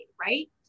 right